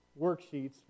worksheets